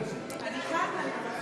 אני כאן ואני מוותרת.